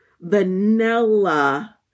vanilla